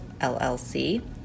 LLC